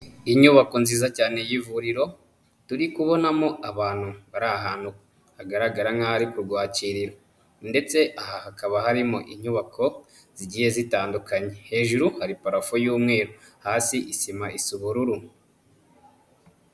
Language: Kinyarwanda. Inyubako nziza cyane y'ivuriro, turi kubonamo abantu bari ahantu hagaragara nk'aho ari ku rwakiriro, ndetse aha hakaba harimo inyubako zigiye zitandukanye, hejuru hari parafo y'umweru, hasi isima isa ubururu.